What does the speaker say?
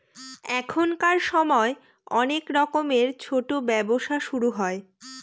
এখনকার সময় অনেক রকমের ছোটো ব্যবসা শুরু হয়